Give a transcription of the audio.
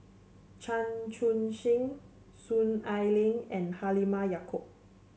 Chan Chun Sing Soon Ai Ling and Halimah Yacob